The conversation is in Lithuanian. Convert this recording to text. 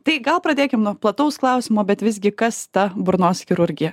tai gal pradėkim nuo plataus klausimo bet visgi kas ta burnos chirurgija